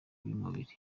by’umubiri